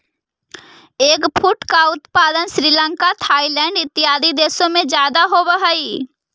eggfruit का उत्पादन Sri Lanka Thailand इत्यादि देशों में ज्यादा होवअ हई